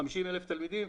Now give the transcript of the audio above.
50,000 תלמידים,